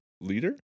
leader